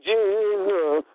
Jesus